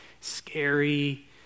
scary